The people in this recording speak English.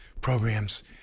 programs